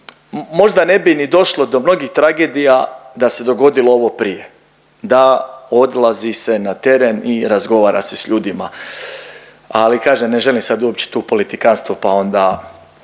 možda ne bi ni došlo do mnogih tragedija da se dogodilo ovo prije, da odlazi se na teren i razgovara se s ljudima. Ali kažem ne želim sad uopće tu politikantstvo pa onda